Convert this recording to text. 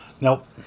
Nope